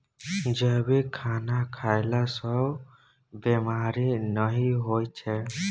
जैविक खाना खएला सँ बेमारी नहि होइ छै